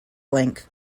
length